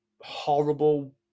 horrible